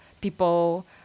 people